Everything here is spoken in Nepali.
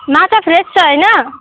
माछा फ्रेस छ होइन